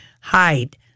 Hide